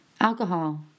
Alcohol